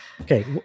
Okay